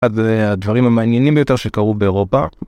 הדברים המעניינים ביותר שקרו באירופה.